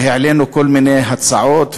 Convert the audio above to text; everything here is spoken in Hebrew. והעלינו כל מיני הצעות,